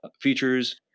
features